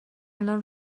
الان